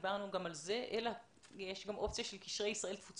דיברנו גם על זה אלא יש גם אופציה של קשרי ישראל-תפוצות